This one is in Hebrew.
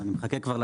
אז אני מחכה לצעקה.